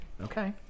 Okay